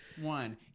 one